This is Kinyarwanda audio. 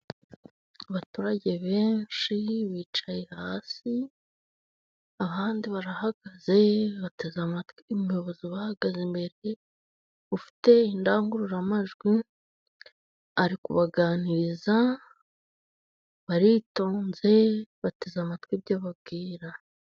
Abaturage benshi bicaye hasi, abandi barahagaze. Bateze amatwi umuyobozi ubahagaze imbere, ufite indangururamajwi, ari kubaganiriza baritonze bateze amatwi ibyo babwira.